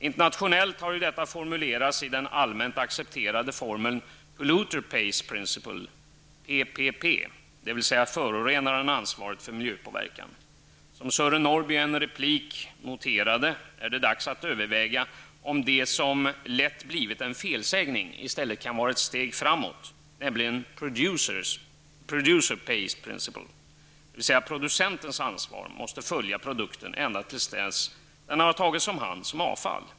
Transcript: Internationellt har detta formulerats i den allmänt accepterade formeln Polluter Pays Principle -- PPP --, dvs. förorenaren har ansvaret för miljöpåverkan. Som Sören Norrby i en replik noterade är det dags att överväga om inte ett nästan likalydande begrepp kan vara ett steg framåt, nämligen en Producer Pays Principle. Denna innebär att producentens ansvar måste följa produkten ända tills den har tagits om hand som avfall.